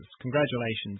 Congratulations